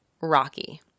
Rocky